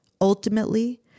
Ultimately